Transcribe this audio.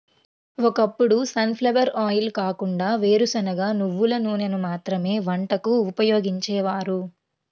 ఒకప్పుడు sunflower oil కాకుండా వేరుశనగ, నువ్వుల నూనెను మాత్రమే వంటకు ఉపయోగించేవారు